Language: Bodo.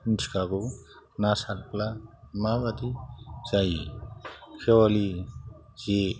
मिन्थिखागौ ना सारब्ला माबायदि जायो केवालि जे